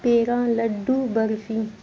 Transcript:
پیڑا laddu barfi